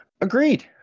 agreed